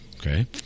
Okay